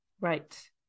right